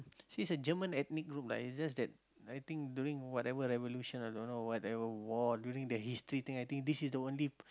is a German ethnic group lah is just that I think during whatever evolution i don't know whatever war during the history thing I think this is the only